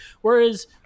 Whereas